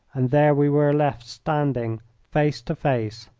and there we were left standing face to face.